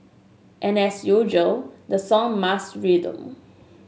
and as usual the song must rhyme